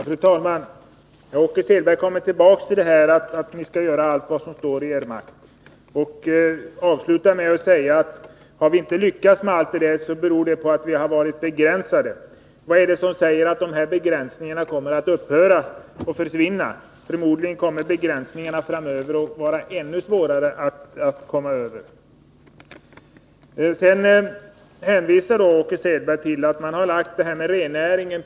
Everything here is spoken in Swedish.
Fru talman! Åke Selberg kommer tillbaka till att socialdemokraterna skall göra allt vad som står i deras makt. Han avslutar med att säga: Om vi inte lyckas med allt vad vi har lovat, beror det på att våra möjligheter har varit begränsade. Vad är det som säger att dessa begränsningar kommer att upphöra? Förmodligen kommer begränsningarna framöver att vara ännu svårare att komma över. Åke Selberg hänvisar till att man utreder frågan om rennäringen.